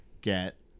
get